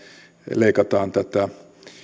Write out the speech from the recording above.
leikataan tätä